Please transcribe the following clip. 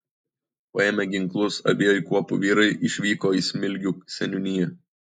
paėmę ginklus abiejų kuopų vyrai išvyko į smilgių seniūniją